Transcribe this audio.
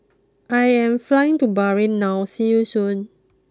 I am flying to Bahrain now see you Soon